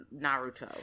Naruto